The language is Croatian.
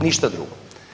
Ništa drugo.